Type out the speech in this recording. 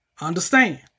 Understand